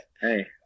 hey